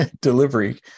delivery